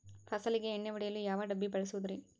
ಫಸಲಿಗೆ ಎಣ್ಣೆ ಹೊಡೆಯಲು ಯಾವ ಡಬ್ಬಿ ಬಳಸುವುದರಿ?